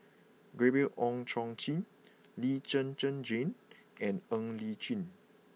Gabriel Oon Chong Jin Lee Zhen Zhen Jane and Ng Li Chin